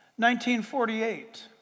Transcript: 1948